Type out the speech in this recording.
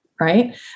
Right